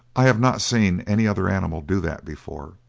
i have not seen any other animal do that before.